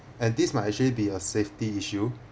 and this might actually be a safety issue